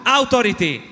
authority